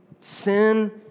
Sin